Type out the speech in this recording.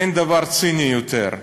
אין דבר ציני יותר.